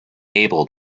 able